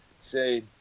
say